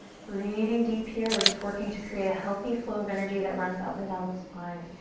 breathing deep here. we're just working to create a healthy flow of energy that runs up and down the spine.